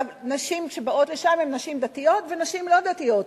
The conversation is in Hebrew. נשים שבאות לשם הן נשים דתיות ונשים לא דתיות.